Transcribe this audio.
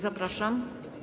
Zapraszam.